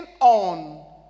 on